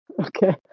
okay